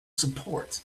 support